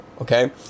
okay